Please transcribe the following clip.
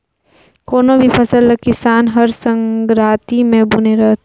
कोनो भी फसल ल किसान हर संघराती मे बूने रहथे